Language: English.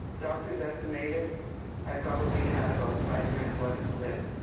doctors estimated i probably had about five years left to live.